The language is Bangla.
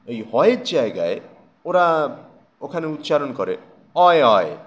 এই হয় জায়গায় ওরা ওখানে উচ্চারণ করে